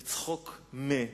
או צחוק מ-,